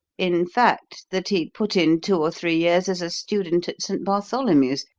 in fact, that he put in two or three years as a student at st. bartholomew's,